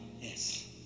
yes